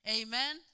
Amen